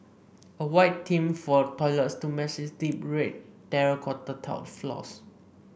a white theme for the toilets to match its deep red terracotta tiled floors